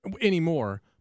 anymore